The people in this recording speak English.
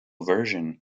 version